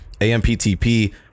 AMPTP